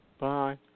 Bye